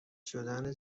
شدن